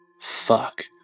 Fuck